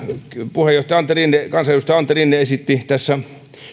puheenjohtaja kansanedustaja antti rinne esitti tässä